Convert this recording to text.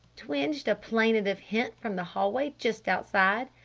twinged a plaintive hint from the hallway just outside.